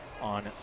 on